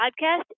podcast